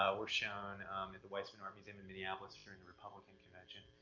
ah were shown at the weisman art museum in minneapolis during the republican convention.